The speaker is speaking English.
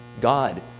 God